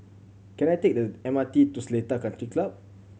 can I take the M R T to Seletar Country Club